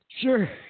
Sure